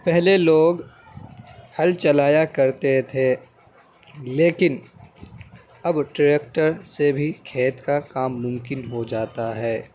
پہلے لوگ ہل چلایا کرتے تھے لیکن اب ٹریکٹر سے بھی کھیت کا کام ممکن ہو جاتا ہے